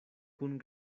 kun